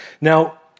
Now